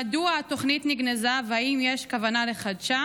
1. מדוע התוכנית נגנזה והאם יש כוונה לחדשה?